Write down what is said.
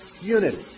Unity